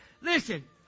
Listen